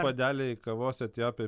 puodeliai kavos etiopijoj